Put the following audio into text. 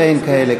אין כאלה.